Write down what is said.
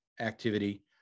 activity